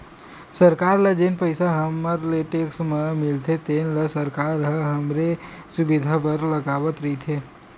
सरकार ल जेन पइसा हमर ले टेक्स म मिलथे तेन ल सरकार ह हमरे सुबिधा बर लगावत रइथे